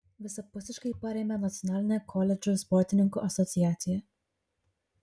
visapusiškai parėmė nacionalinė koledžų sportininkų asociacija